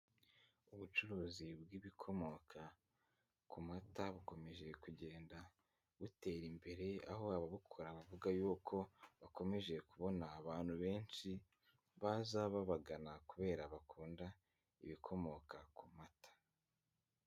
Ubucuruzi bw'ibikomoka ku mata bukomeje kugenda butera imbere, aho ababukora bavuga yuko bakomeje kubona abantu benshi baza babagana kubera bakunda ibikomoka ku mata.